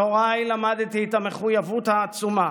מהוריי למדתי את המחויבות העצומה